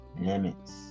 limits